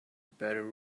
better